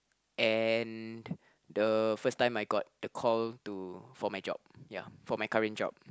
and the first time I got the call to for my job ya for my current job